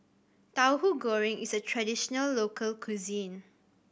Tauhu Goreng is a traditional local cuisine